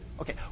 Okay